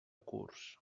curs